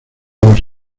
los